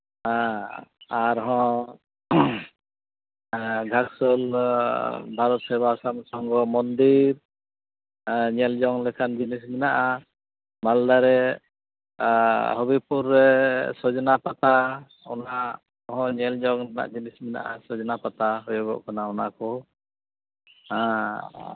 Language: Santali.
ᱦᱮᱸ ᱟᱨᱦᱚᱸ ᱜᱷᱟᱴᱥᱳᱞ ᱵᱷᱟᱨᱚᱛ ᱥᱮᱵᱟ ᱟᱥᱨᱚᱢ ᱢᱚᱱᱫᱤᱨ ᱧᱮᱞ ᱡᱚᱝ ᱞᱮᱠᱟᱱ ᱡᱤᱱᱤᱥ ᱢᱮᱱᱟᱜᱼᱟ ᱢᱟᱞᱫᱟ ᱨᱮ ᱦᱚᱵᱤᱨᱯᱩᱨ ᱨᱮ ᱥᱳᱡᱽᱱᱟ ᱯᱟᱛᱟ ᱚᱱᱟ ᱦᱚᱸ ᱧᱮᱞ ᱡᱚᱝ ᱨᱮᱱᱟᱜ ᱡᱤᱱᱤᱥ ᱢᱮᱱᱟᱜᱼᱟ ᱥᱳᱡᱽᱱᱟ ᱯᱟᱛᱟ ᱦᱩᱭᱩᱜ ᱞᱟᱱᱟ ᱚᱱᱟ ᱠᱚ ᱦᱮᱸ